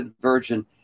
Virgin